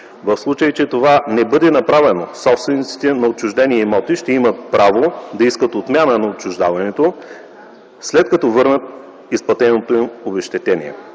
В случай че това не бъде направено, собствениците на отчуждените имоти ще имат право да искат отмяната на отчуждаването, след като върнат изплатеното им обезщетение.